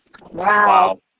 Wow